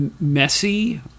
messy